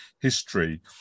history